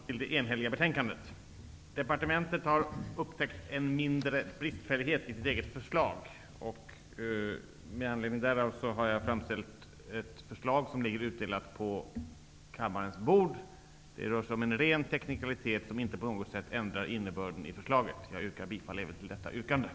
Herr talman! Jag ber att få yrka bifall till utskottets enhälliga hemställan. Departementet har upptäckt en mindre bristfällighet i sitt eget förslag, och med anledning därav har jag framställt ett förslag, som ligger utdelat på kammarens bord. Det rör sig om en ren teknikalitet, som inte på något sätt ändrar innebörden av förslaget. dels att det i lagen skall införas två nya paragrafer,